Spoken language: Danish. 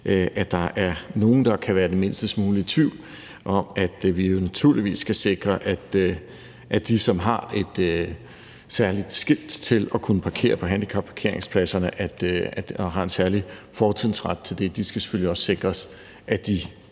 der er nogen, der kan være den mindste smule i tvivl om, at vi naturligvis skal sikre, at de, som har et særligt skilt til at kunne parkere på handicapparkeringspladserne og har en særlig fortrinsret til det, kan få adgang til det.